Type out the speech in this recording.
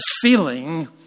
feeling